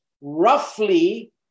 roughly